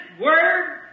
word